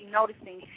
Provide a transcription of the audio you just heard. noticing